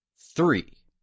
three